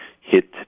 hit